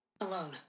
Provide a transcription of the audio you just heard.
alone